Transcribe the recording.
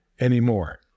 anymore